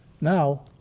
now